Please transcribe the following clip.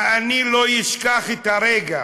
ואני לא אשכח את הרגע,